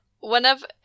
whenever